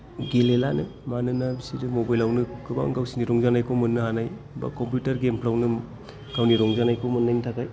गेलेलानो मानोना बिसोरो मबाइल आवनो गोबां गावसोरनि रंजानायखौ मोन्नो हानाय बा कम्पिउटार गेम फ्रावनो गावनि रंजानायखौ मोन्नायनि थाखाय